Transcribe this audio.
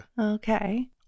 Okay